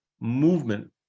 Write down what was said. movement